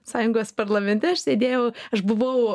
sąjungos parlamente aš sėdėjau aš buvau